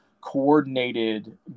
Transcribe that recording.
coordinated